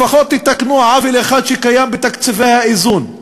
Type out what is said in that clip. לפחות תתקנו עוול אחד שקיים בתקציבי האיזון.